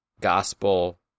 gospel